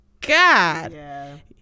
God